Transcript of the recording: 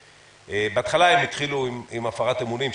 בהתחלה הם התחילו עם הפרת אמונים,